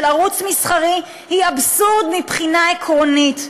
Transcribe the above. ערוץ מסחרי היא אבסורד מבחינה עקרונית.